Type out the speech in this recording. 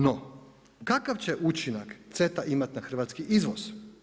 No kakav će učinak CETA imati na hrvatski izvoz?